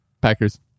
Packers